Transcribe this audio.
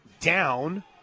down